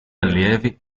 allievi